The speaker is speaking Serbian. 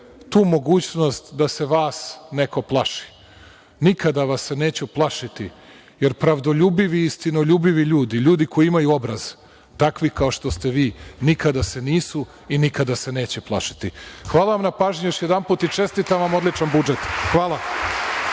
tu mogućnost da se vas neko plaši. Nikada vas se neću plašiti, jer pravdoljubivi i istinoljubivi ljudi, ljudi koji imaju obraz, takvih kao što ste vi nikada se nisu i nikada se neće plašiti. Hvala vam na pažnji još jednom i čestitam vam odličan budžet. Hvala.